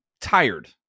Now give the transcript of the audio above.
tired